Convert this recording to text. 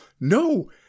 No